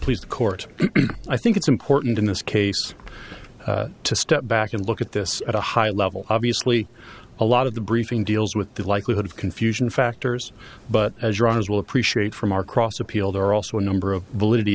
please the court i think it's important in this case to step back and look at this at a high level obviously a lot of the briefing deals with the likelihood of confusion factors but as your eyes will appreciate from our cross appeal there are also a number of validity